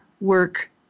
work